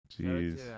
jeez